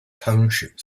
township